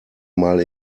mal